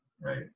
right